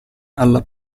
alla